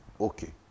okay